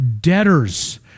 debtors